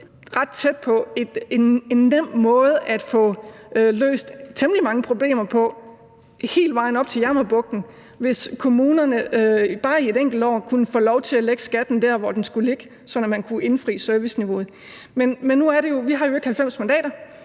ret tæt på en nem måde at få løst temmelig mange problemer på hele vejen op til Jammerbugten, hvis kommunerne bare i et enkelt år kunne få lov til at lægge skatten der, hvor den skulle ligge, sådan at man kunne indfri forventningerne til serviceniveauet. Vi har jo ikke 90 mandater,